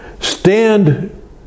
Stand